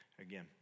again